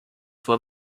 for